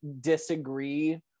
disagree